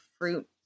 fruit